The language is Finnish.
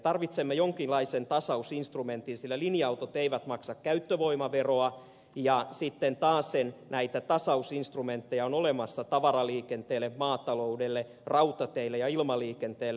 tarvitsemme jonkinlaisen tasausinstrumentin sillä linja autot eivät maksa käyttövoimaveroa ja sitten taasen näitä tasausinstrumentteja on olemassa tavaraliikenteelle maataloudelle rautateille ja ilmaliikenteelle